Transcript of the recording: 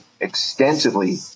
extensively